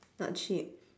not cheap